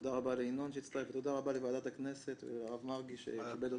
תודה רבה לינון שהצטרף ותודה רבה לוועדת הכנסת ולרב מרגי שכיבד אותנו.